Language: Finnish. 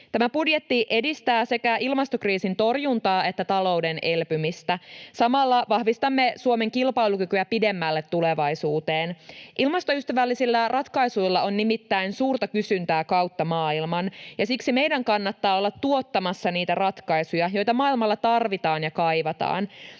Tämä budjetti edistää sekä ilmastokriisin torjuntaa että talouden elpymistä. Samalla vahvistamme Suomen kilpailukykyä pidemmälle tulevaisuuteen. Ilmastoystävällisiä ratkaisuilla on nimittäin suurta kysyntää kautta maailman, ja siksi meidän kannattaa olla tuottamassa niitä ratkaisuja, joita maailmalla tarvitaan ja kaivataan.